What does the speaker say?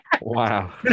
Wow